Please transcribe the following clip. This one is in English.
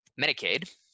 Medicaid